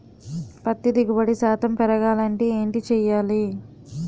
పత్తి దిగుబడి శాతం పెరగాలంటే ఏంటి చేయాలి?